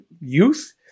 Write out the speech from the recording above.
youth